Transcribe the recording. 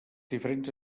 diferents